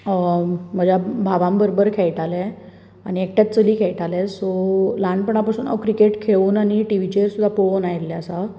म्हज्या भावां बरोबर खेळटालें आनी एकटेंच चली खेळटाले सो ल्हानपणा पसून हांव क्रिकेट खेळून आनी टिवीचेर सुद्धा पळोवन आयल्लें आसां